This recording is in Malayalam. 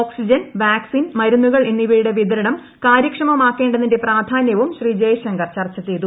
ഓക്സിജൻ വാക്സിൻ മരുന്നുകൾ എന്നിവയുടെ വിതരണം കാരൃക്ഷമമാക്കേണ്ടതിന്റെ പ്രാധാന്യവും ശ്രീ ജയ്ശങ്കർ ചർച്ച ചെയ്തു